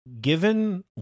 Given